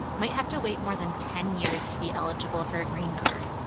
might have to wait more than ten years to be eligible for a green card.